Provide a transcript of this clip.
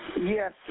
Yes